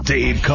Dave